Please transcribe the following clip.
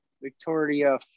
Victoria